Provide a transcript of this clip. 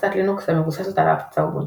הפצת לינוקס המבוססת על ההפצה אובונטו.